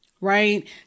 right